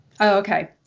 Okay